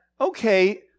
okay